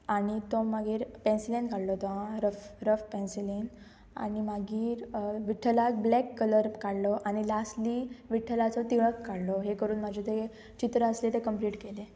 आनी तो मागीर पेन्सिलेन काडलो तो आं रफ रफ पेन्सिलीन आनी मागीर विठ्ठलाक ब्लॅक कलर काडलो आनी लास्टली विठ्ठलाचो तिळक काडलो हे करून म्हजें तें चित्र आसलें तें कम्प्लीट केलें